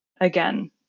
Again